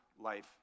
life